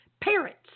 parrots